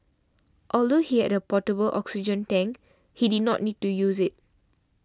although he had portable oxygen tank he did not need to use it